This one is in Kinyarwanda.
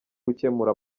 gukemura